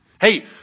Hey